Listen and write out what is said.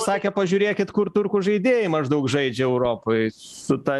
sakė pažiūrėkit kur turkų žaidėjai maždaug žaidžia europoj su ta